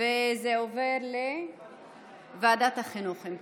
הצעת החוק עוברת לוועדת החינוך.